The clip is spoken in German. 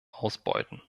ausbeuten